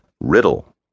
riddle